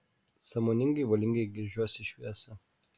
sąmoningai valingai gręžiuosi į šviesą